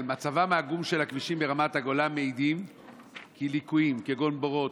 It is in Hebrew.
על מצבם העגום של הכבישים ברמת הגולן מעידים ליקויים כגון בורות,